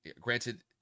granted